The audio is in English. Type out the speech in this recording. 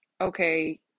okay